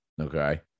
Okay